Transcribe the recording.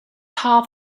half